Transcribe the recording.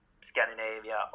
Scandinavia